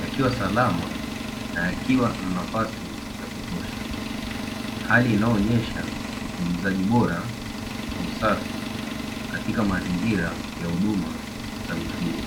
akiwa salama na yakiwa na nafasi ya kutosha. Hali inayoonyesha utunzaji bora na usafi katika mazingira ya huduma za mifugo.